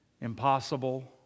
impossible